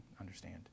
understand